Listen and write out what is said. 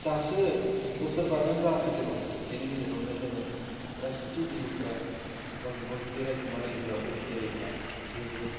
दासो बोसोरबायानो जायाखै जेराव बेनि गेजेरावनो जोङो राजनिथिगिरिफ्रा गावजों गाव जुदि रायखोमा लाययोब्ला बखिलायोब्ला बे जोबोद